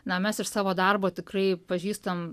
na mes iš savo darbo tikrai pažįstam